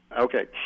Okay